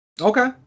Okay